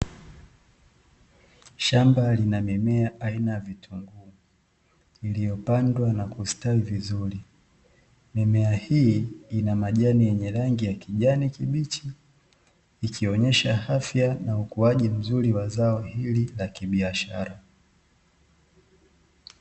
Shamba lina mimea aina ya vitunguu, iliyopandwa na kustawi vizuri. Mimea hii ina majani yenye rangi ya kijani kibichi ikionyesha afya na ukuaji mzuri wa zao hili la kibiashara.